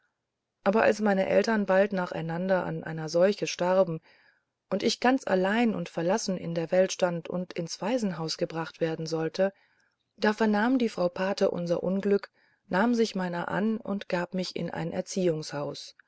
aber als meine eltern bald nacheinander an einer seuche starben und ich ganz allein und verlassen in der welt stand und ins waisenhaus gebracht werden sollte da vernahm die frau pate unser unglück nahm sich meiner an und gab mich in ein